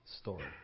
story